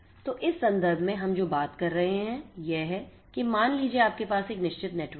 तो इस संदर्भ में हम जो बात कर रहे हैं यह है कि मान लीजिए आपके पास एक निश्चित नेटवर्क है